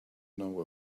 know